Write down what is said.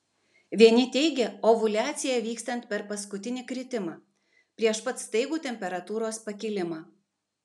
vieni teigia ovuliaciją vykstant per paskutinį kritimą prieš pat staigų temperatūros pakilimą